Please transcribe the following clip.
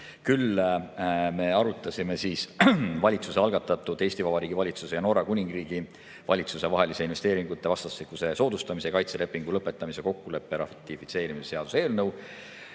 Küll me arutasime Eesti Vabariigi valitsuse ja Norra Kuningriigi valitsuse vahelise investeeringute vastastikuse soodustamise ja kaitse lepingu lõpetamise kokkuleppe ratifitseerimise seaduse eelnõu,